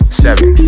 seven